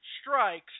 strikes